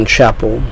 Chapel